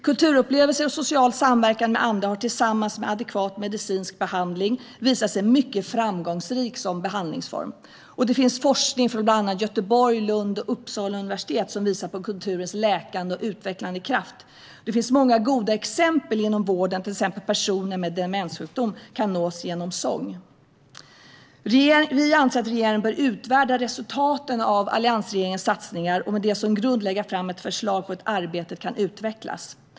Kulturupplevelser och social samverkan med andra har tillsammans med adekvat medicinsk behandling visat sig vara en mycket framgångsrik behandlingsform. Det finns forskning från bland annat Göteborgs, Lunds, och Uppsala universitet som visar på kulturens läkande och utvecklande kraft. Det finns många goda exempel inom vården. Till exempel kan personer med demenssjukdom nås genom sång. Vi anser att regeringen bör utvärdera resultaten av alliansregeringens satsningar och med det som grund lägga fram ett förslag på hur arbetet kan utvecklas.